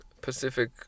Pacific